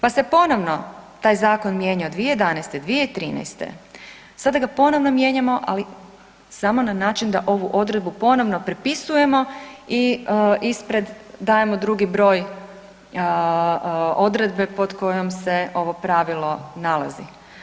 Pa se ponovno taj zakon mijenjao 2011., 2013., sada ga ponovno mijenjamo ali samo na način da ovu odredbu ponovno prepisujemo i ispred dajemo drugi broj odredbe pod kojom se ovo pravilo nalazi.